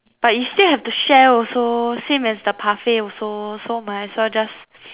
but you still have to share also same as the parfait also so might as well just